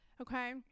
okay